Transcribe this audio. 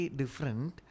different